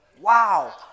wow